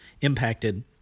impacted